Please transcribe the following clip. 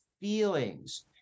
feelings